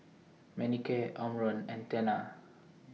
Manicare Omron and Tena